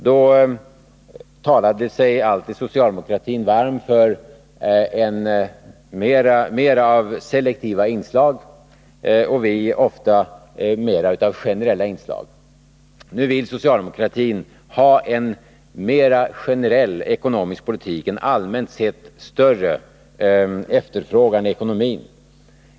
Då talade alltid socialdemokraterna sig varma för mera av selektiva inslag och vi ofta för mera av generella inslag. Nu vill socialdemokratin ha en mer generell ekonomisk politik, en allmänt sett större efterfrågan i ekonomin.